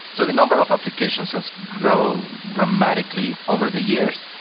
so the number of applications has grown dramatically over the years.